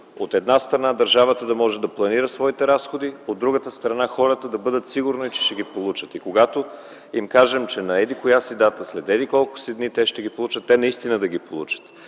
от една страна държавата да може да планира своите разходи, а от друга страна хората да бъдат сигурни, че ще ги получат. Когато им кажем, че на еди-коя си дата, след еди-колко си дни те ще ги получат, те наистина да ги получат.